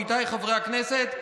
עמיתיי חברי הכנסת,